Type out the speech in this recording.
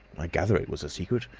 i gather it was a secret.